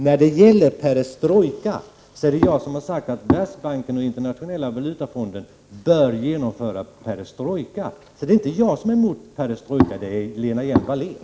När det gäller perestrojka har jag sagt att Världsbanken och Internationella valutafonden bör genomföra perestrojka. Det är inte jag som är emot perestrojka. Det är Lena Hjelm-Wallén.